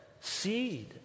seed